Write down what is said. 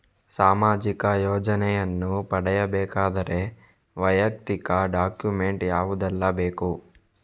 ಸಾಮಾಜಿಕ ಯೋಜನೆಯನ್ನು ಪಡೆಯಬೇಕಾದರೆ ವೈಯಕ್ತಿಕ ಡಾಕ್ಯುಮೆಂಟ್ ಯಾವುದೆಲ್ಲ ಬೇಕು?